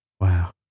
wow